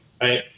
right